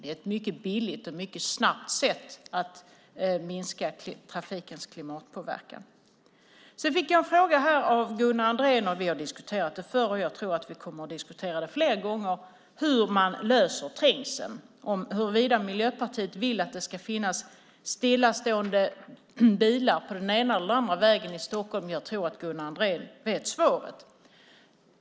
Det är ett mycket billigt och mycket snabbt sätt att minska trafikens klimatpåverkan. Jag fick en fråga av Gunnar Andrén. Vi har diskuterat den förr och kommer säkert att diskutera den igen. Det gäller hur man löser trängselproblemen och huruvida Miljöpartiet vill att det ska finnas stillastående bilar på den ena eller andra vägen i Stockholm. Jag tror att Gunnar Andrén vet svaret.